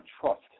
trust